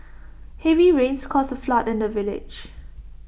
heavy rains caused A flood in the village